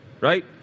right